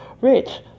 rich